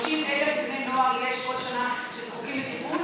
יש כל שנה 30,000 בני נוער שזקוקים לטיפול.